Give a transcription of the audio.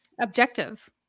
Objective